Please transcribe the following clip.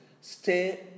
stay